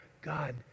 God